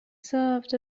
served